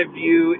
view